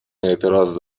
اعتراض